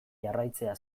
jarraitzea